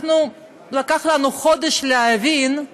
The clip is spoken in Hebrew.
לקח לנו חודש להבין.